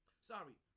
Sorry